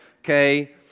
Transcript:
okay